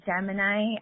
Gemini